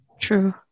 True